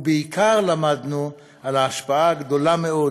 בעיקר למדנו על ההשפעה הגדולה מאוד